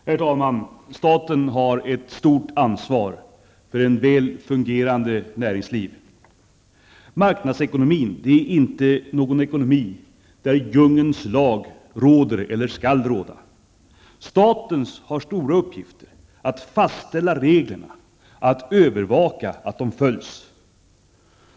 Herr talman! Staten har ett stort ansvar för ett väl fungerande näringsliv. Marknadsekonomin är inte någon ekonomi där djungelns lag råder eller skall råda. Staten har stora uppgifter när det gäller att fastställa reglerna, att övervaka att de följs.